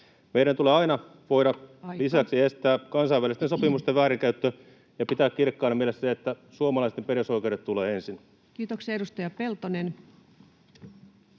Meidän tulee aina voida [Puhemies: Aika!] lisäksi estää kansainvälisten sopimusten väärinkäyttö ja pitää kirkkaana mielessä se, että suomalaisten perusoikeudet tulevat ensin. Kiitoksia. — Edustaja Peltonen.